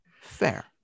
Fair